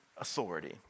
authority